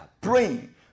praying